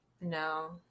No